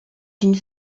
une